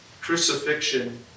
crucifixion